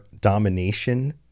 domination